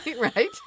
right